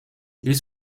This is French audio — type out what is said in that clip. ils